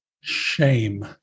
shame